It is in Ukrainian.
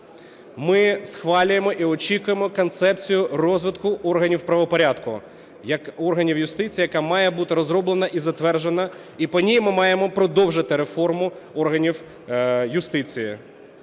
Ми схвалюємо і очікуємо Концепцію розвитку органів правопорядку як органів юстиції, яка має бути розроблена і затверджена, і по ній ми маємо продовжити реформу органів юстиції.